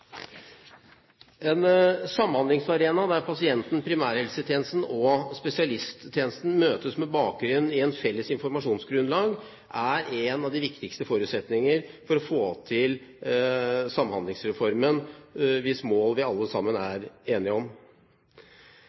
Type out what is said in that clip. En samhandlingsarena der pasienten, primærhelsetjenesten og spesialisthelsetjenesten møtes med bakgrunn i et felles informasjonsgrunnlag er en av de viktigste forutsetningene for å få til Samhandlingsreformen, hvis mål vi alle sammen er enige om.